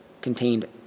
contained